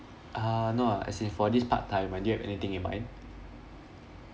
uh no as in for this part-time do you have anything in mind